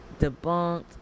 debunked